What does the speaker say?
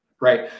right